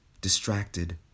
distracted